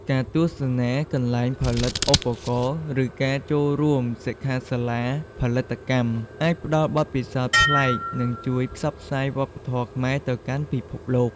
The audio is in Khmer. ការទស្សនាកន្លែងផលិតឧបករណ៍ ឬការចូលរួមសិក្ខាសាលាផលិតកម្ម អាចផ្តល់បទពិសោធន៍ប្លែក និងជួយផ្សព្វផ្សាយវប្បធម៌ខ្មែរទៅកាន់ពិភពលោក។